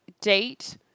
date